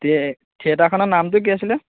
থিয়েটাখনৰ নামটো কি আছিল